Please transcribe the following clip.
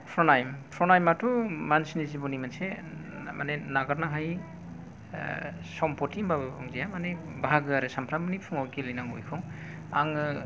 फ्रनायम फ्रनायामाथ' मानसिनि जिबननि मोनसे माने नागारनो हायै सम्पति होनबाबो बुंजायो माने बाहागो आरो सानफ्रामबोनि फुङाव गेलेनांगौ बेखौ आङो